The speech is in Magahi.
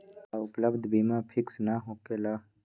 का उपलब्ध बीमा फिक्स न होकेला?